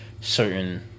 certain